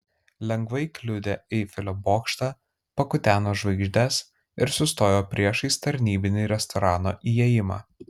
lengvai kliudė eifelio bokštą pakuteno žvaigždes ir sustojo priešais tarnybinį restorano įėjimą